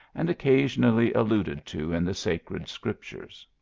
and occasionally alluded to in the sacred scriptures.